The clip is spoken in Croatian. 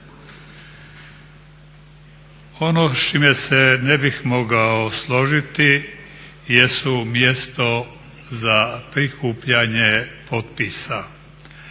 Ono s čime se ne bih mogao složiti jeste mjesto za prikupljanje potpisa.